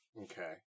Okay